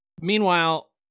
Meanwhile